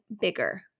bigger